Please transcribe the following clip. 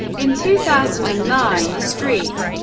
in two thousand and nine, the st.